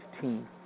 team